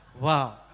Wow